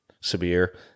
severe